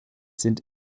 sind